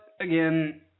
again